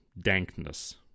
dankness